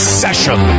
session